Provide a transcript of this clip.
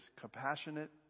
compassionate